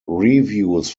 reviews